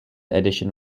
edition